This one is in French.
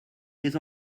des